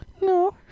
No